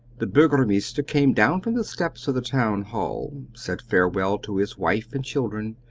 the burgomeister came down from the steps the town-hall, said farewell to his wife and children,